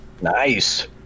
Nice